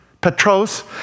Petros